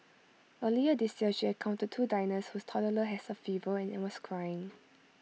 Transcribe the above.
earlier this year she encountered two diners whose toddler has A fever and was crying